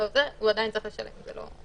הוא עדיין צריך לשלם.